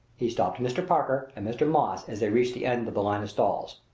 he stopped mr. parker and mr. moss as they reached the end of the line of stalls.